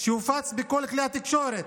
שהופץ בכל כלי התקשורת.